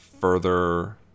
further